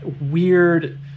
weird